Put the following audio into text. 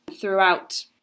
throughout